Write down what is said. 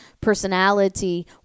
personality